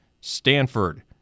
Stanford